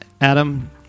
adam